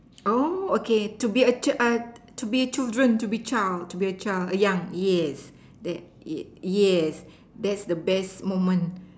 oh okay to be a chi~ uh to be children to be child to be a child young yes yeah ye~ yes that's the best moment